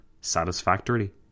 satisfactorily